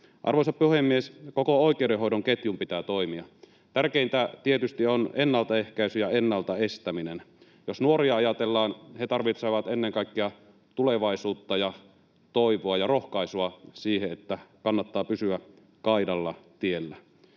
Arvoisa puhemies! Koko oikeudenhoidon ketjun pitää toimia. Tärkeintä tietysti on ennaltaehkäisy ja ennalta estäminen. Jos nuoria ajatellaan, he tarvitsevat ennen kaikkea tulevaisuutta ja toivoa ja rohkaisua siihen, että kannattaa pysyä kaidalla tiellä.